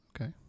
okay